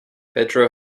pedro